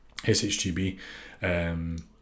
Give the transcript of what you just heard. SHGB